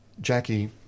Jackie